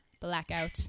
Blackout